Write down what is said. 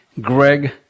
Greg